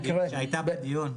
היא היתה בדיון.